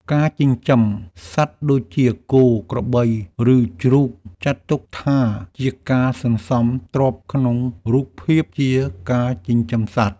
ការចិញ្ចឹមសត្វដូចជា គោ ក្របី ឬជ្រូក ចាត់ទុកថាជាការសន្សំទ្រព្យក្នុងរូបភាពជាការចិញ្ចឹមសត្វ។